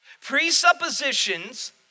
Presuppositions